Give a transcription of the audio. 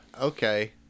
okay